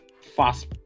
fast